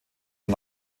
und